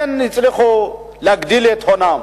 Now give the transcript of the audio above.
הצליחו להגדיל את הונם?